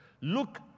Look